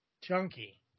Chunky